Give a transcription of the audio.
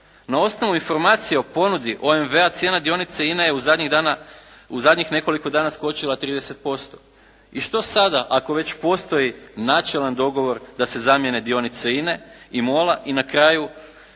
Na osnovu informacija o ponudi OMV-a cijena dionice INA-e je u zadnjih nekoliko dana skočila 30%. I što sada, ako već postoji načelan dogovor da se zamijene dionice INA-e i MOL-a i na kraju